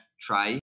try